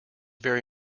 very